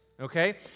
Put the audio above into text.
okay